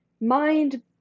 mind